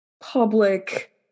public